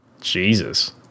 Jesus